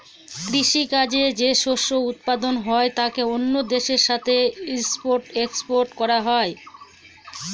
কৃষি কাজে যে শস্য উৎপাদন হয় তাকে অন্য দেশের সাথে ইম্পোর্ট এক্সপোর্ট করা হয়